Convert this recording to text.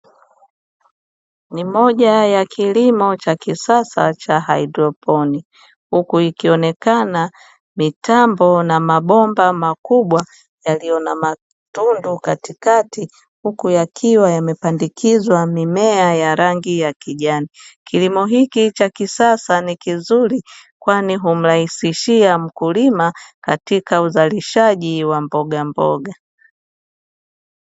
Ni moja ya kilimo cha kisasa cha haidroponi huku ikionekana mitambo na mabomba makubwa yaliyo na matundu katikati huku yakiwa yamepandikizwa mimea ya rangi ya kijani. Kilimo hichi cha kisasa ni kizuri kwani humrahisishia mkulima katika uzalishaji wa mbogamboga.